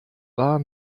war